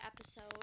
episode